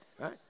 Right